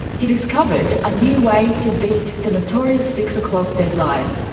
he discovered a new way to beat the notorious six o'clock deadline.